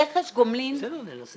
רכש גומלין אני חוזרת